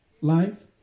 life